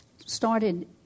started